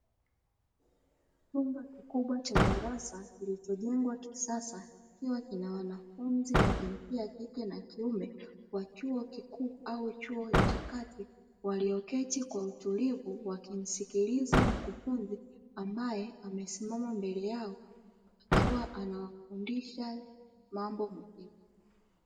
Chumba kikubwa cha darasa kilichojengwa kisasa kikiwa kina wanafunzi wa jinsia ya kike na ya kiume wa chuo kikuu au chuo cha kati, walioketi kwa utulivu wakimsikiliza mkufunzi ambaye amesimama mbele yao, akiwa anawafundisha mambo muhimu.